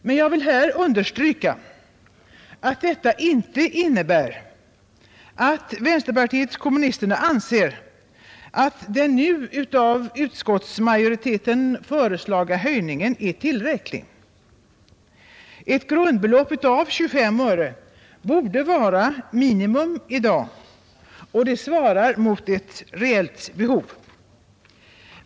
Men jag vill här understryka att detta inte innebär att vänsterpartiet kommunisterna anser att den nu av utskottsmajoriteten föreslagna höjningen är tillräcklig. Ett grundbelopp av 25 öre borde vara minimum i dag, och det svarar mot ett reellt behov.